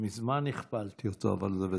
מזמן הכפלתי אותו, אבל זה בסדר.